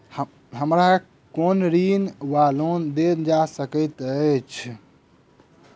हमरा केँ कुन ऋण वा लोन देल जा सकैत अछि?